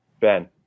Ben